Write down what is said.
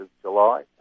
July